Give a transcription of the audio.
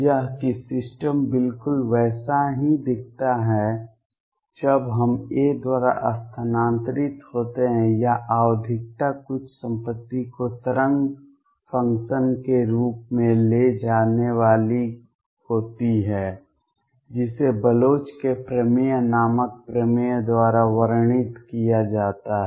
यह कि सिस्टम बिल्कुल वैसा ही दिखता है जब हम a द्वारा स्थानांतरित होते हैं या आवधिकता कुछ संपत्ति को तरंग फ़ंक्शन के रूप में ले जाने वाली होती है जिसे बलोच के प्रमेय नामक प्रमेय द्वारा वर्णित किया जाता है